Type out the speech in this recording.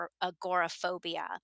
agoraphobia